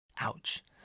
Ouch